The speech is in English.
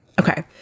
Okay